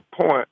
point